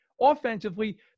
offensively